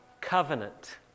covenant